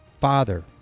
Father